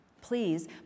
Please